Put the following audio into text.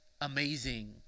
amazing